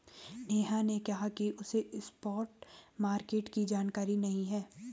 नेहा ने कहा कि उसे स्पॉट मार्केट की जानकारी नहीं है